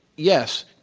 yes,